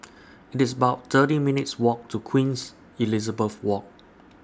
It's about thirty minutes' Walk to Queen's Elizabeth Walk